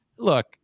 look